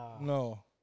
No